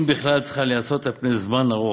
אם בכלל, צריכות להיעשות על פני זמן ארוך.